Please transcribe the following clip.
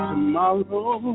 Tomorrow